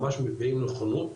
ממש מביעים נכונות,